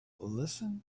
listen